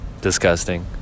disgusting